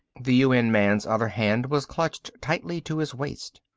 the un man's other hand was clutched tightly to his waist.